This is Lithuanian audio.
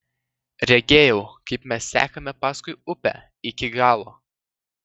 regėjau kaip mes sekame paskui upę iki galo